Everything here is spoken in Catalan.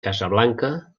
casablanca